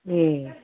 ए